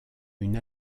une